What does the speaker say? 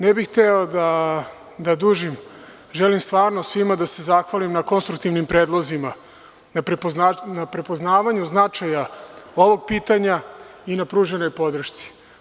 Ne bih hteo da dužim, želim stvarno svima da se zahvalim na kontruktivnim predlozima, na prepoznavanju značaja ovog pitanja i na pruženoj podršci.